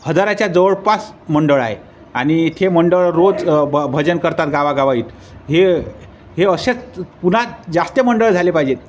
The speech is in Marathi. हजाराच्या जवळपास मंडळ आहे आणि ते मंडळ रोज भ भजन करतात गावागावात हे हे असेच पुन्हात जास्त मंडळ झाले पाहिजेत